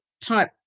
type